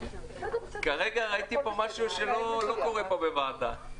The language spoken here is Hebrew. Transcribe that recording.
כרגע ראיתי פה משהו שלא קורה בוועדה.